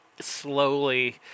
slowly